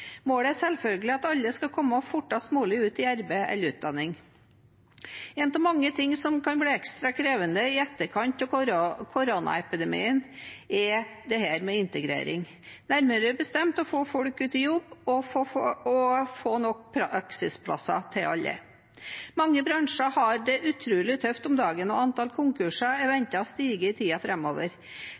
Målet er selvfølgelig at alle skal komme fortest mulig ut i arbeid eller utdanning. Én av mange ting som kan bli ekstra krevende i etterkant av koronapandemien, er dette med integrering, nærmere bestemt å få folk ut i jobb og nok praksisplasser til alle. Mange bransjer har det utrolig tøft om dagen, og antall konkurser er ventet å stige i